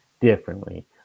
differently